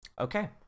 Okay